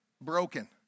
broken